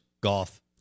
golf